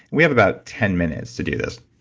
we have about ten minutes to do this,